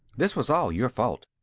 this was all your fault,